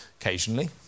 Occasionally